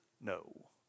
no